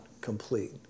complete